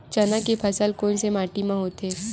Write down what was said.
चना के फसल कोन से माटी मा होथे?